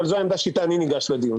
אבל זו העמדה אתה אני ניגש לדיון.